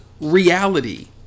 reality